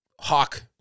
hawk